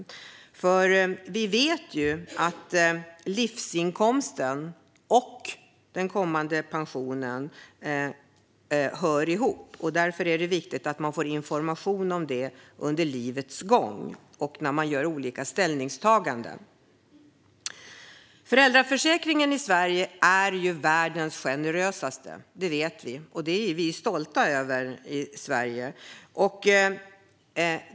Vi vet ju att livsinkomsten och den kommande pensionen hör ihop. Därför är det viktigt att man får information om det under livets gång och när man gör olika ställningstaganden. Den svenska föräldraförsäkringen är ju världens generösaste. Det vet vi, och det är vi stolta över i Sverige.